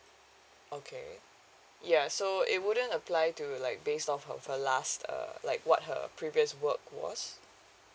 okay ya so it wouldn't apply to like based off of her last uh like what her previous work was